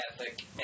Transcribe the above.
ethic